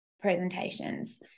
presentations